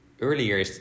earlier